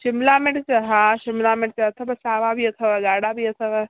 शिमला मिर्च हा शिमला मिर्च अथव सावा बि अथव ॻाढ़ा बि अथव